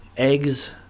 eggs